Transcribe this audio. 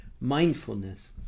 mindfulness